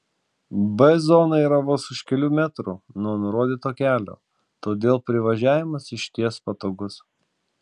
b zona yra vos už kelių metrų nuo nurodyto kelio todėl privažiavimas išties patogus